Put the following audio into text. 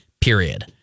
period